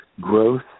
growth